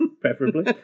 Preferably